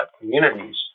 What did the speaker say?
communities